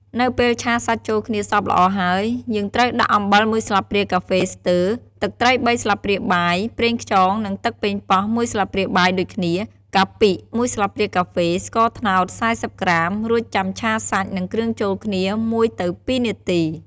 នៅពេលឆាសាច់ចូលគ្នាសព្វល្អហើយ យើងត្រូវដាក់អំបិល១ស្លាបព្រាកាហ្វេស្ទើ ទឹកត្រីបីស្លាបព្រាបាយ ប្រេងខ្យង និង ទឹកប៉េងប៉ោះ ១ស្លាបព្រាបាយ ដូចគ្នា កាពិ ១ស្លាបព្រាកាហ្វេ ស្ករត្នោត ៤០ក្រាម រួចចាំឆាសាច់ និងគ្រឿងចូលគ្នា ១ទៅ ២នាទី។